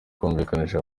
kumvikanisha